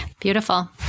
Beautiful